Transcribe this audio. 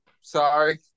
Sorry